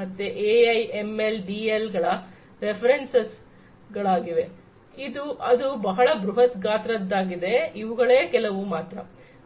ಮತ್ತೆ AI ML DL ಗಳ references ಗಳಾಗಿವೆ ಅದು ಬಹಳ ಬೃಹತ್ ಗಾತ್ರದ್ದಾಗಿದೆ ಇವುಗಳೇ ಕೆಲವು ಮಾತ್ರ